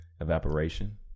evaporation